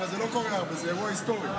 זה לא קורה הרבה, זה אירוע היסטורי.